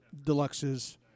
deluxes